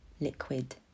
Liquid